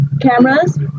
cameras